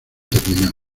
terminó